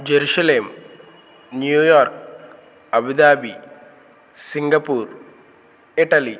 Jerusalem New York Abu Dhabi Singapore Italy